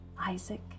Isaac